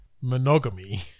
Monogamy